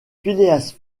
phileas